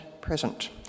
present